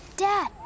Dad